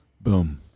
Boom